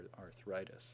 arthritis